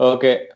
Okay